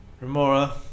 Remora